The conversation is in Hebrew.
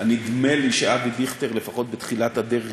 נדמה לי שאבי דיכטר,